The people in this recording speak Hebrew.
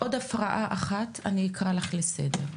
עוד הפרעה אחת אני אקרא לך לסדר.